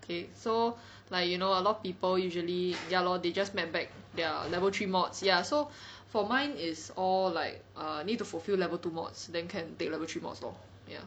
okay so like you know a lot of people usually ya lor they just map back their level three mods ya so for mine is all like err need to fulfil level two mods then can take level three mods lor ya